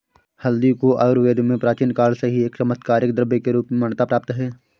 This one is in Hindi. हल्दी को आयुर्वेद में प्राचीन काल से ही एक चमत्कारिक द्रव्य के रूप में मान्यता प्राप्त है